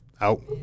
Out